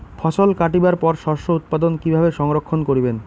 ফছল কাটিবার পর শস্য উৎপাদন কিভাবে সংরক্ষণ করিবেন?